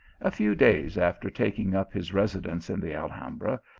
a few days after taking up his residence in the alhambra,